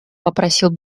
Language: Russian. попросил